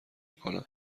میکنم